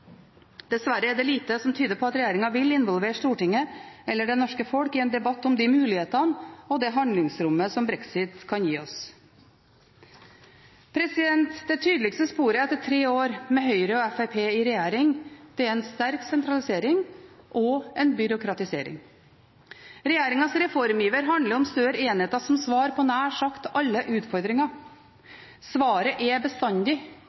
Dessverre er det lite som tyder på at regjeringen vil involvere Stortinget eller det norske folk i en debatt om de mulighetene og det handlingsrommet som brexit kan gi oss. Det tydeligste sporet etter tre år med Høyre og Fremskrittspartiet i regjering er en sterk sentralisering og en byråkratisering. Regjeringens reformiver handler om større enheter som svar på nær sagt alle utfordringer. Svaret er bestandig: